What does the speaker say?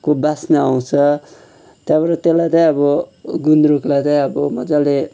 को बासना आउँछ त्यहाँबाट त्यसलाई चाहिँ अब गुन्द्रुकलाई चाहिँ अब मजाले